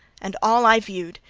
and all i viewed,